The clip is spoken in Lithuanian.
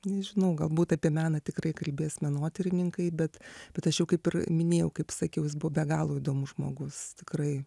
nežinau galbūt apie meną tikrai kalbės menotyrininkai bet bet aš jau kaip ir minėjau kaip sakiau jis buvo be galo įdomus žmogus tikrai